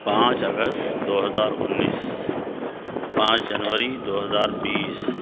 پانچ اگست دو ہزار اُنیس پانچ جنوری دو ہزار بِیس